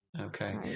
Okay